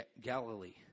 Galilee